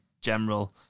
general